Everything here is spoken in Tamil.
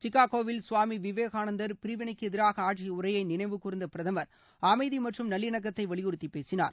சிகாகோவில் சுவாமி விவேகானந்தர் பிரிவினைக்கு எதிராக ஆற்றிய உரையை நினைவுகூர்ந்த பிரதமர் அமைதி மற்றும் நல்லிணக்கத்தை வலியுறுத்திப் பேசினார்